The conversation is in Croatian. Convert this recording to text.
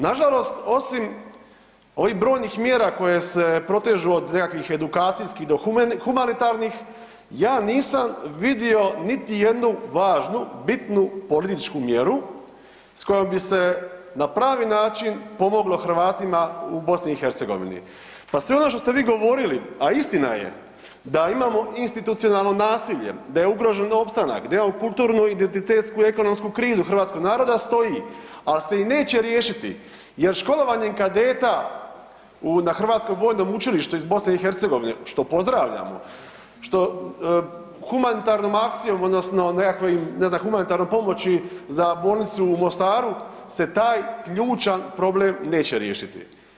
Nažalost, osim ovih brojnih mjera koje se protežu od nekakvih edukacijskih do humanitarnih, ja nisam vidio niti jednu važnu, bitnu političku mjeru s kojom bi se na pravi način pomoglo Hrvatima u BiH, pa sve ono što ste vi govorili, a istina je da imamo institucionalno nasilje, da je ugrožen opstanak, da imamo kulturnu, identitetsku i ekonomsku krizu hrvatskog naroda stoji, al se i neće riješiti jer školovanjem kadeta na Hrvatskom vojnom učilištu iz BiH, što pozdravljamo, što humanitarnom akcijom odnosno nekakvim, ne znam, humanitarnom pomoći za bolnicu u Mostaru se taj ključan problem neće riješiti.